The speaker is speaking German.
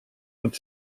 wird